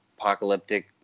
apocalyptic